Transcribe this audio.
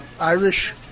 Irish